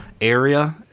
area